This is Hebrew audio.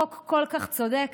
חוק כל כך צודק.